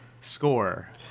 score